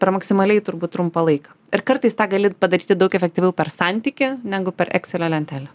per maksimaliai turbūt trumpą laiką ir kartais tą gali padaryti daug efektyviau per santykį negu per ekselio lentelę